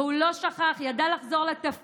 והוא לא שכח, הוא ידע לחזור לתפקיד.